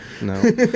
No